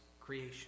creation